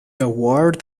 award